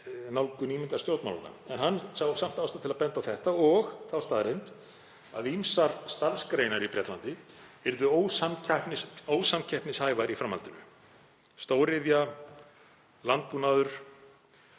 nálgun ímyndarstjórnmálanna en hann sá samt ástæðu til að benda á þetta og á þá staðreynd að ýmsar starfsgreinar í Bretlandi yrðu ósamkeppnishæfar í framhaldinu, svo sem stóriðja og landbúnaður.